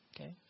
Okay